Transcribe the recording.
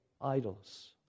idols